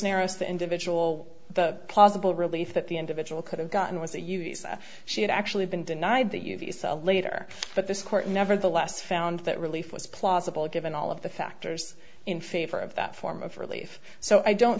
cisneros the individual the possible relief that the individual could have gotten was a huge she had actually been denied the you later but this court nevertheless found that relief was plausible given all of the factors in favor of that form of relief so i don't